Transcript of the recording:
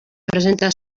presenta